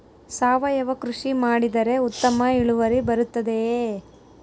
ಸಾವಯುವ ಕೃಷಿ ಮಾಡಿದರೆ ಉತ್ತಮ ಇಳುವರಿ ಬರುತ್ತದೆಯೇ?